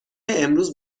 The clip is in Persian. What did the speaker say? امروز